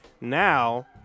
Now